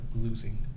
losing